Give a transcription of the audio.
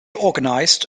organized